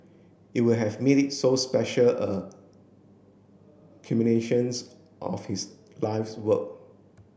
it would have made it so special a culminations of his life's work